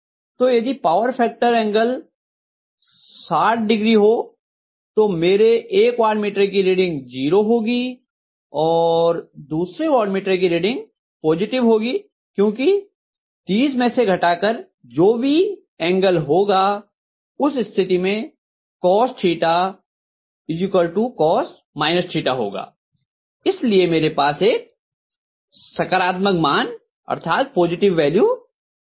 तो यदि power factor angle 60o हो तो मेरे एक वाट मीटर की रीडिंग 0 होगी और दूसरे वाट मीटर की रीडिंग पॉजिटिव होगी क्यूंकि 30 में से घटाकर जो भी एंगल होगा उस स्थिति में cos cos − होगा इसलिये मेरे पास एक सकारात्मक मान होगा